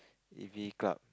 a_v_a Club